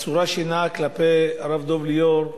בצורה שנהג כלפי הרב דב ליאור,